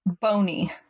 Bony